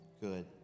Good